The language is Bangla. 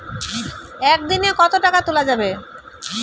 একদিন এ কতো টাকা তুলা যাবে?